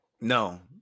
no